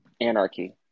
anarchy